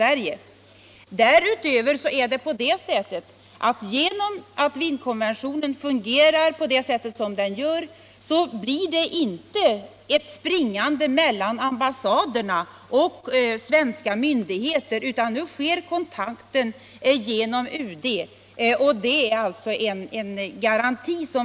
Eftersom Wienkonventionen fungerar som den gör blir det inte ett springande mellan ambassaderna och svenska myndigheter, utan nu sker kontakten genom UD, och det är alltså en garanti.